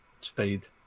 speed